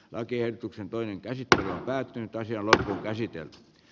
lakiehdotuksen toinen käsittely on päättynyt taisi olla käsityötä